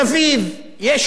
יש עוני בחדרה,